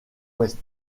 ouest